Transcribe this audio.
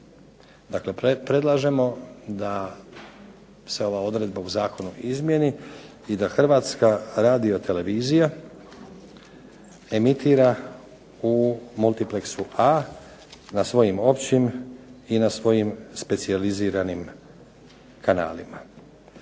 dakle predlažemo da se ova odredba u Zakonu izmijeni i da Hrvatska radiotelevizija emitira u multiplexu A na svojim općim i specijaliziranim kanalima.